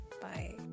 Bye